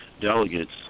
delegates